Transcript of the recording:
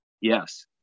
yes